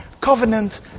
covenant